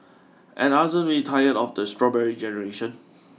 and aren't we tired of the strawberry generation